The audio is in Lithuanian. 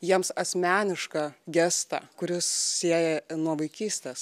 jiems asmenišką gestą kuris sieja nuo vaikystės